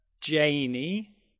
Janie